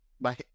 Bye